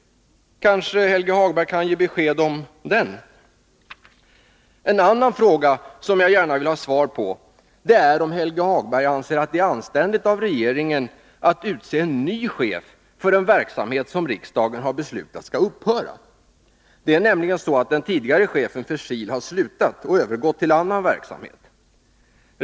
Kan kanske Helge Hagberg ge besked? En annan fråga som jag gärna vill ha svar på är om Helge Hagberg anser att det är anständigt att regeringen utser en ny chef för en verksamhet som riksdagen har beslutat skall upphöra. Det är nämligen så att den tidigare chefen för SIL har slutat och övergått till annan verksamhet.